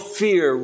fear